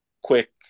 quick